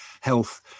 health